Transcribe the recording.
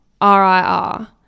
RIR